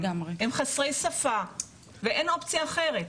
הם חסרי שפה ואין אופציה אחרת.